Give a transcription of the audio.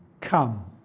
come